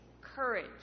courage